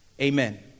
Amen